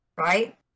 right